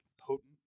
potent